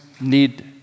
need